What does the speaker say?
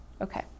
Okay